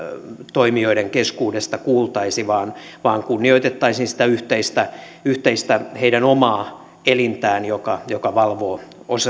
toimijoiden keskuudesta kuultaisi vaan vaan kunnioitettaisiin sitä yhteistä yhteistä median omaa elintä joka joka valvoo